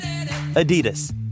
Adidas